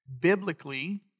Biblically